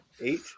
Eight